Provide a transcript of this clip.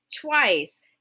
twice